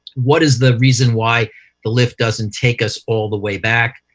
what is the reason why the lift doesn't take us all the way back?